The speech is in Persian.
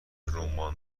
رمان